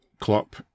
Klopp